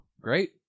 great